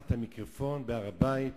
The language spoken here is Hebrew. לקחת את המיקרופון בהר-הבית